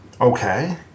Okay